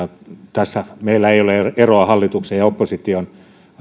tässä meillä ei ole eroa hallituksen ja opposition